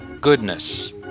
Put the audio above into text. goodness